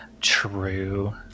True